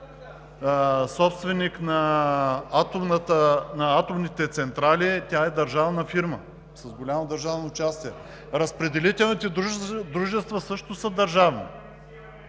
собственик на атомните централи, е държавна фирма, с голямо държавно участие. Разпределителните дружества също са държавни,